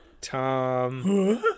Tom